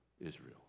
Israel